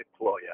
employer